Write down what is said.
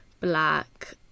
black